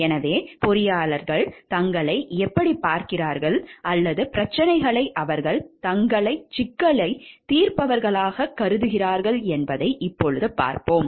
எனவே பொறியாளர்கள் தங்களை எப்படிப் பார்க்கிறார்கள் அல்லது பிரச்சனைகளை அவர்கள் தங்களைச் சிக்கலைத் தீர்ப்பவர்களாகக் கருதுகிறார்கள் என்பதை இப்போது பார்ப்போம்